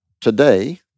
today